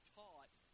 taught